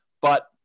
but-